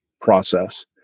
process